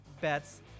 bets